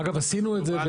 אגב, עשינו את זה.